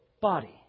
body